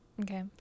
okay